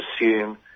assume